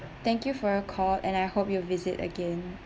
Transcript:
thank you for your call and I hope you visit again